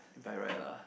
if I write lah